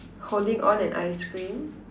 holding on an ice cream